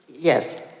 Yes